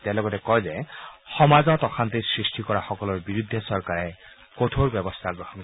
তেওঁ লগতে কয় যে সমাজত অশান্তিৰ স্যষ্টি কৰা সকলৰ বিৰুদ্ধে চৰকাৰে কঠোৰ ব্যৱস্থা গ্ৰহণ কৰিব